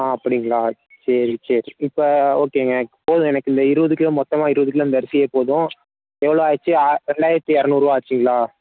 ஆ அப்படிங்ளா சரி சரி இப்போ ஓகேங்க போதும் எனக்கு இந்த இருபது கிலோ மொத்தமாக இந்த இருபது கிலோ இந்த அரிசியே போதும் எவ்வளோ ஆச்சு ஆ ரெண்டாயிரத்து இரநூறுரூவா ஆச்சிங்களா